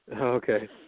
Okay